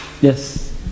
Yes